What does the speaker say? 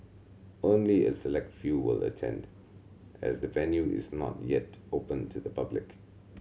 only a select few will attend as the venue is not yet open to the public